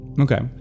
Okay